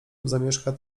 zamieszka